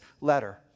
letter